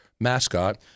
mascot